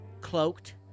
cloaked